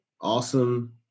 awesome